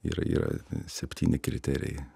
yra yra septyni kriterijai